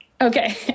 Okay